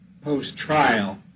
post-trial